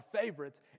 favorites